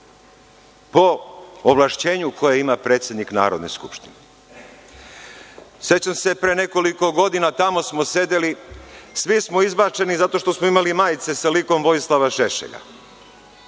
po ovlašćenju koje ima predsednik Narodne skupštine.Sećam se, pre nekoliko godina, tamo smo sedeli, svi smo izbačeni zato što smo imali majice sa likom Vojislava Šešelja.